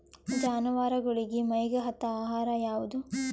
ಜಾನವಾರಗೊಳಿಗಿ ಮೈಗ್ ಹತ್ತ ಆಹಾರ ಯಾವುದು?